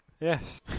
Yes